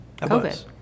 COVID